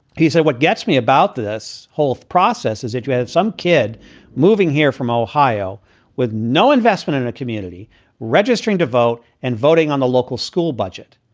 he said, what gets me about this whole process is if you had some kid moving here from ohio with no investment in a community registering to vote and voting on the local school budget.